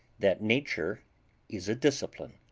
that nature is a discipline.